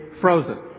frozen